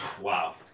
Wow